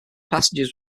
passengers